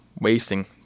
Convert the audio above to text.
wasting